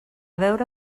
veure